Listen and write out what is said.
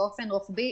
באופן רוחבי,